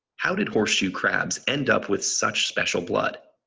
how did horseshoe crabs end up with such special blood?